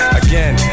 again